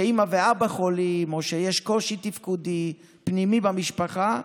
שאימא ואבא חולים או שיש קושי תפקודי פנימי במשפחה,